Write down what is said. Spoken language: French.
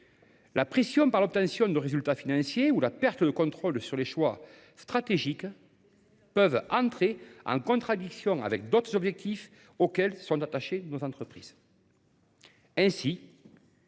La pression pour l’obtention de résultats financiers ou la perte de contrôle sur les choix stratégiques peuvent entrer en contradiction avec d’autres objectifs auxquelles sont attachées nos entreprises.